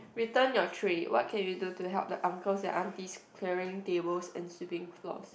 return your tray what can you do to help the uncles and aunties clearing tables and sweeping floors